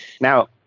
Now